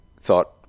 thought